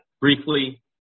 briefly